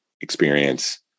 experience